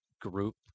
group